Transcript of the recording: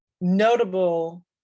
notable